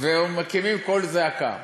ומקימים קול זעקה.